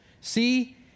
see